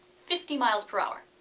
fifty miles per hour.